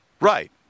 right